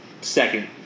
second